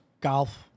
golf